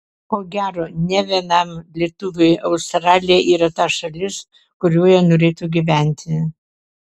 ko gero ne vienam lietuviui australija yra ta šalis kurioje norėtų gyventi